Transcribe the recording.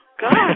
God